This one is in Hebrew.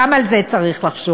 גם על זה צריך לחשוב.